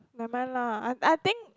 nevermind I I think